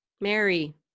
mary